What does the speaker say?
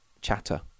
chatter